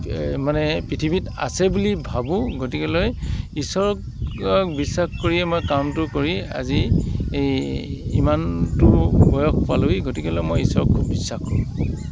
মানে পৃথিৱীত আছে বুলি ভাবোঁ গতিকে লৈ ইশ্বৰক বিশ্বাস কৰিয়েই মই কামটো কৰি আজি এই ইমানটো বয়স পালোহি গতিকেলৈ মই ইশ্বৰক বিশ্বাস কৰোঁ